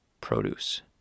produce